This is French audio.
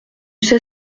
sais